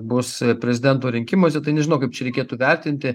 bus prezidento rinkimuose tai nežinau kaip čia reikėtų vertinti